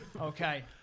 okay